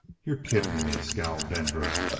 you're kidding me, scowled denver.